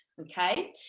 okay